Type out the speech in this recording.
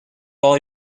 all